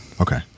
Okay